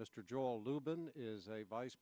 mr joel luban is a vice